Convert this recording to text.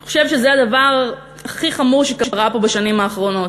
אני חושבת שזה הדבר הכי חמור שקרה פה בשנים האחרונות,